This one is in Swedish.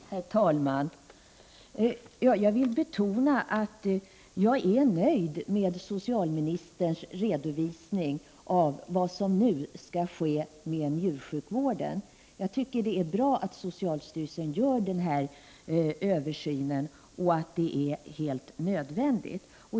Herr talman! Jag betonar att jag är nöjd med socialministerns redovisning av vad som nu skall ske med njursjukvården. Det är bra att socialstyrelsen gör denna översyn som är helt nödvändig.